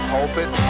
Pulpit